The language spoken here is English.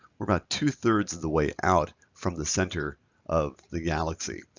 we're about two-thirds of the way out from the center of the galaxy,